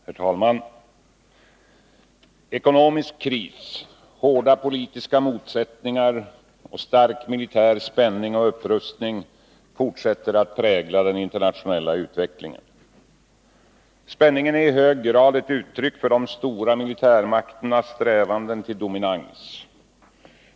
Herr talman! Ekonomisk kris, hårda politiska motsättningar och stark militär spänning och upprustning fortsätter att prägla den internationella utvecklingen. Spänningen är i hög grad ett uttryck för de stora militärmakternas strävanden till dominans.